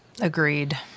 Agreed